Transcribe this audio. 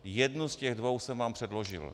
Jednu z těch dvou jsem vám předložil.